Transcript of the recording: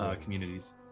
communities